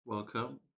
Welcome